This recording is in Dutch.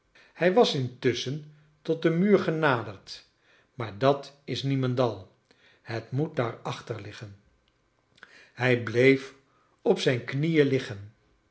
hij was intusschen tot den muur genaderd maar dat is niemendal het moet daar achter liggen hij bleef op zijn knieen liggen